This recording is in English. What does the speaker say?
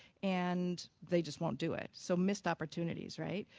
and they just won't do it. so missed opportunities, right?